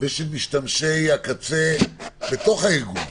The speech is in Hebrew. ושל משתמשי הקצה בתוך הארגון,